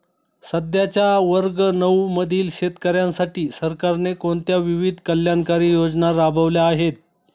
सध्याच्या वर्ग नऊ मधील शेतकऱ्यांसाठी सरकारने कोणत्या विविध कल्याणकारी योजना राबवल्या आहेत?